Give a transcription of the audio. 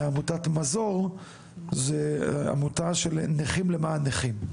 עמותת מזור זאת עמותה של נכים למען נכים.